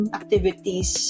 activities